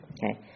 okay